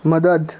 મદદ